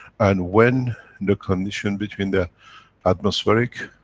and when the condition between the atmospheric,